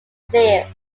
clear